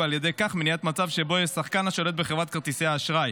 ועל ידי כך מניעת מצב שבו יש שחקן השולט בחברת כרטיסי אשראי,